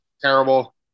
terrible